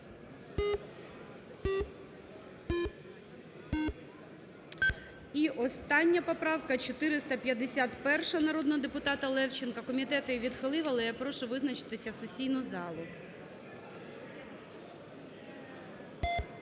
І остання поправка. 451-а народного депутата Левченка. Комітет її відхилив. Але я прошу визначитись сесійну залу.